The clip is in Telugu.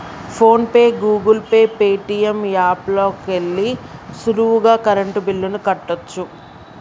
phone pay, Google pay, Paytm app లోకెల్లి సులువుగా కరెంటు బిల్లుల్ని కట్టచ్చు